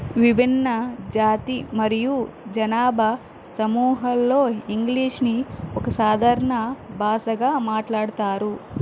విభిన్న జాతి మరియు జనాభా సమూహాల్లో ఇంగ్లీష్ని ఒక సాధారణ భాషగా మాట్లాడతారు